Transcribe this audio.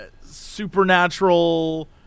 supernatural